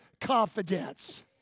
confidence